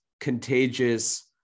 contagious